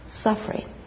suffering